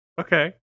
Okay